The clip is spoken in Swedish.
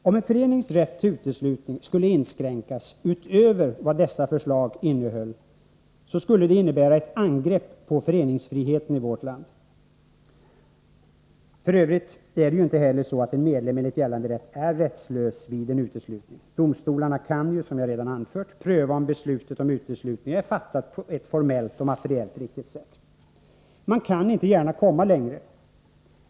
Om en förenings rätt till uteslutning skulle inskränkas utöver vad dessa förslag innehöll, skulle det innebära ett angrepp på föreningsfriheten i vårt land. F. ö. är det ju inte heller så, att en medlem enligt gällande rätt är rättslös vid en uteslutning. Domstolarna kan ju, som jag redan har anfört, pröva om beslutet om uteslutning är fattat på ett formellt och materiellt riktigt sätt. Man kan inte gärna komma längre.